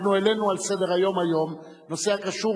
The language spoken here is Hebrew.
אנחנו העלינו על סדר-היום היום נושא הקשור